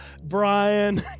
Brian